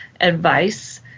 advice